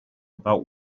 about